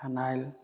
phenyl